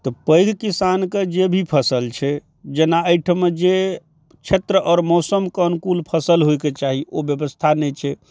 तऽ पैघ किसानके जे भी फसल छै जेना अइठम जे क्षेत्र आओर मौसमके अनुकूल फसल होइके चाही ओ व्यवस्था नहि छै